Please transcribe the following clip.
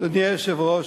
אדוני היושב-ראש,